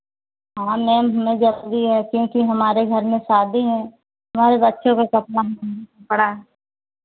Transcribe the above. हाँ मैम हमें जल्दी है क्योंकि हमारे घर में शादी है हमारे बच्चों का कपड़ा पड़ा है